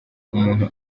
umuntu